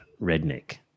redneck